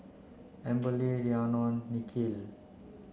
Amberly Rhiannon Nikhil